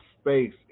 space